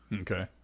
Okay